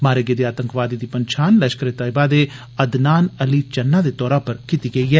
मारे गेदे आतंकवादी दी पंछान लष्करे तैयबा दे अदनान अली चन्ना दे तौर पर कीती गेई ऐ